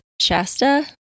Shasta